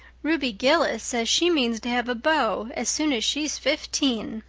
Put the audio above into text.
ruby gillis says she means to have a beau as soon as she's fifteen,